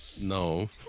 No